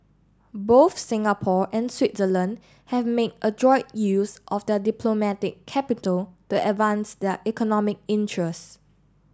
both Singapore and Switzerland have made adroit use of their diplomatic capital to advance their economic interests